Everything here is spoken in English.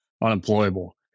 unemployable